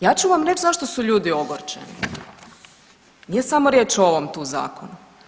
Ja ću vam reći zašto su ljudi ogorčeni, nije samo riječ o ovom tu zakonu.